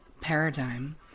paradigm